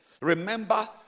Remember